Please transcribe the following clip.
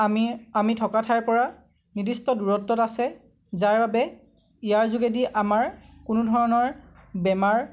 আমি আমি থকা ঠাইৰ পৰা নিৰ্দিষ্ট দূৰত্বত আছে যাৰ বাবে ইয়াৰ যোগেদি আমাৰ কোনো ধৰণৰ বেমাৰ